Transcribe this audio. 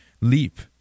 leap